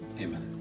Amen